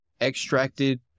extracted